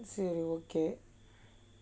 oh okay